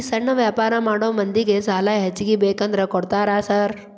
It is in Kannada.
ಈ ಸಣ್ಣ ವ್ಯಾಪಾರ ಮಾಡೋ ಮಂದಿಗೆ ಸಾಲ ಹೆಚ್ಚಿಗಿ ಬೇಕಂದ್ರ ಕೊಡ್ತೇರಾ ಸಾರ್?